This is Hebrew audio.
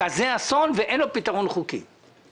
יש את הנושא של נפגעי טבע לגבי הפגיעה בחקלאות ויש את הנושא